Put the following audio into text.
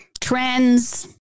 trends